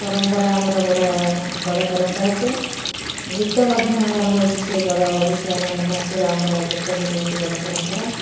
ପରମ୍ପରା ଆମର ବଡ଼ ବଡ଼ ପରମ୍ପରା ସେ ଗୀତ ମଧ୍ୟ ଆମର ହେଉଛି ସେ ବଡ଼ ଓଡ଼ିଶା ମାନ ବାସୀର ଆମର ଗୀତ ବି ବହୁତ ବଡ଼ ପରମ୍ପରା